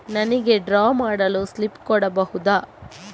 ನನಿಗೆ ಡ್ರಾ ಮಾಡಲು ಸ್ಲಿಪ್ ಕೊಡ್ಬಹುದಾ?